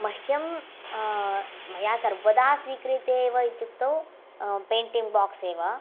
मह्यं मया सर्वदा स्वीक्रियते एव इत्युक्तौ पेण्टिङ्ग् बोक्स् एव